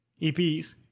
EPs